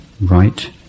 Right